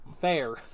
fair